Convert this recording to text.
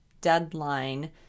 deadline